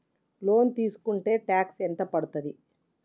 Loan తీస్కుంటే tax ఎంత పడ్తుంది?